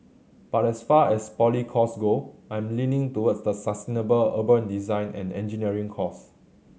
but as far as poly courses go I am leaning towards the sustainable urban design and engineering course